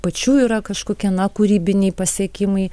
pačių yra kažkokie na kūrybiniai pasiekimai